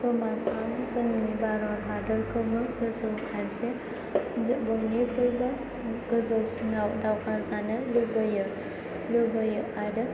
जोंनि भारत हादरखौबो गोजौ फारसे बयनिख्रुइबो गोजौसिनाव दावगा जानो लुबैयो आरो